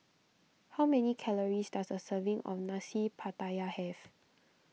how many calories does a serving of Nasi Pattaya have